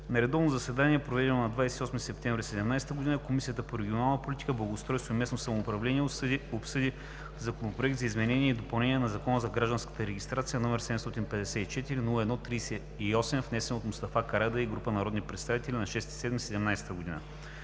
На редовно заседание, проведено на 28 септември 2017 г., Комисията по регионална политика, благоустройство и местно самоуправление обсъди Законопроект за изменение и допълнение на Закона за гражданската регистрация, № 754-01-48, внесен от Искрен Веселинов и група народни представители на 26 юли 2017 г.